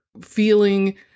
feeling